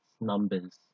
numbers